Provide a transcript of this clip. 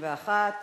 61)